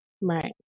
Right